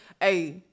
Hey